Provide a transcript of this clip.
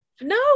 no